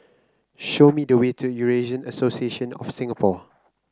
show me the way to Eurasian Association of Singapore